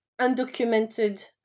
undocumented